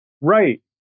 right